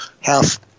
half